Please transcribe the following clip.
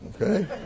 okay